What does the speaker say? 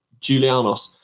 Julianos